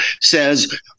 says